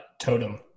Totem